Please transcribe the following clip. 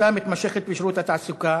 השביתה המתמשכת בשירות התעסוקה.